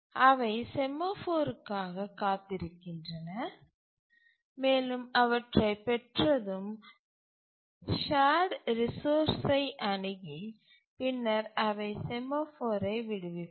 அவை செமாஃபோருக்காகக் காத்திருக்கின்றன மேலும் அவற்றை பெற்றதும் சார்டு ரிசோர்ஸ்சை அணுகி பின்னர் அவை செமாஃபோரை விடுவிப்பர்